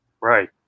Right